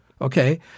okay